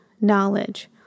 knowledge